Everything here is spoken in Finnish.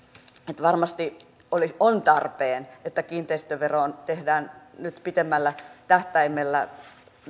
että varmasti on tarpeen että kiinteistöveroon tehdään nyt pidemmällä tähtäimellä tietenkin